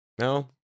no